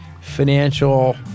financial